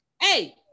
Hey